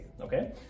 okay